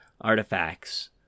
artifacts